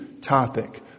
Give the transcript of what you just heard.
topic